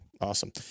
Awesome